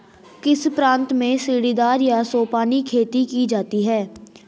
किस प्रांत में सीढ़ीदार या सोपानी खेती की जाती है?